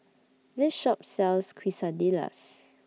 This Shop sells Quesadillas